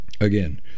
Again